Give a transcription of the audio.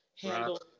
handle